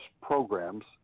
programs